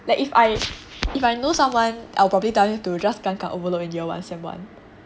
like if I if I know someone I'll probably tell them to just 敢敢 overload in year one semester one